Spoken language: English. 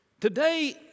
Today